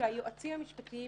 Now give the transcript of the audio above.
שהיועצים המשפטיים